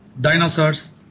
dinosaurs